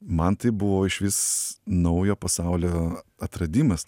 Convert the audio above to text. man tai buvo išvis naujo pasaulio atradimas